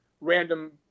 random